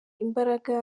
imbaraga